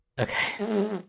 Okay